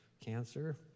cancer